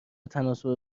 تناسب